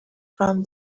from